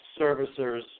servicers